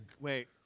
Wait